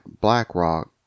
BlackRock